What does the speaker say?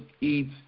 eat